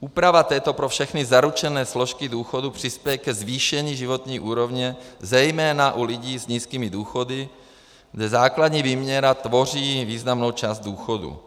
Úprava této pro všechny zaručené složky důchodu přispěje ke zvýšení životní úrovně zejména u lidí s nízkými důchody, kde základní výměra tvoří významnou část důchodu.